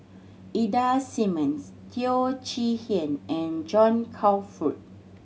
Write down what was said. Ida Simmons Teo Chee Hean and John Crawfurd